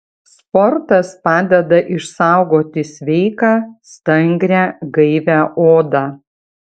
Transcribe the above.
sportas padeda išsaugoti sveiką stangrią gaivią odą